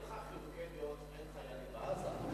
אין לך חילוקי דעות, בעזה.